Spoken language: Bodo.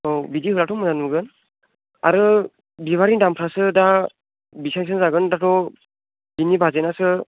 औ बिदि होब्लाथ' मोजां नुगोन आरो बिबारनि दामफ्रासो दा बिसां बिसां जागोन दाथ' बिनि बाजेटनासो